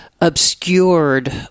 obscured